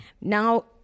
now